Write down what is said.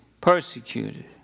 persecuted